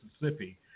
Mississippi